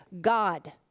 God